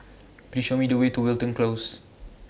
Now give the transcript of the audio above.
Please Show Me The Way to Wilton Close